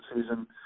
season